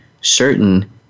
certain